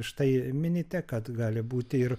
štai minite kad gali būti ir